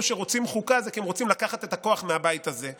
שרוצים חוקה היא שהם רוצים לקחת את הכוח מהבית הזה.